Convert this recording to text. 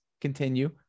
continue